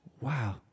Wow